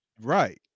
Right